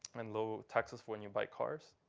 and low taxes when you buy cars.